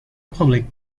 public